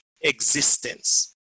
existence